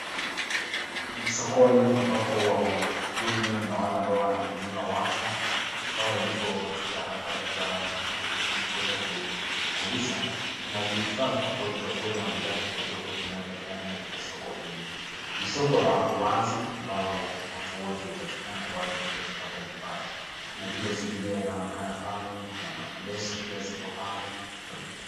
Ni sokoni ambapo wahudumu na wale ambao wanahudumiwa wapo. Kunao walipo katika harakati za ununuzi na kuweza kuuza. Kuna vifaa tofauti tofauti ama bidhaa tofauti tofauti vinavyopatikana katika soko hili. Ni soko la wazi ambalo watu wote hupatikana kwa ajili ya kuweza kupata vifaa. Kuna vile zulia inaonekana pale. Kuna maleso pia zipo pale.